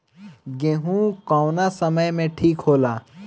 गेहू कौना समय मे ठिक होला?